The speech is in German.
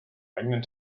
eigenen